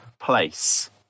Place